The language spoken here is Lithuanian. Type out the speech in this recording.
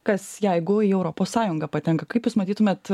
kas jeigu į europos sąjungą patenka kaip jūs matytumėt